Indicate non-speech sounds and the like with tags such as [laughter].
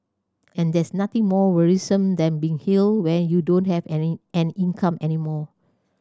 and there's nothing more worrisome than being ill when you don't have [unintelligible] an income any more